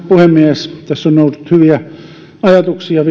puhemies tässä on ollut hyviä ajatuksia